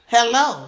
Hello